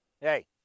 Hey